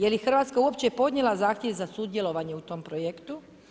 Je li Hrvatska uopće podnijela zahtjev za sudjelovanje u tom projektu?